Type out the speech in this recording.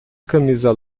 camisa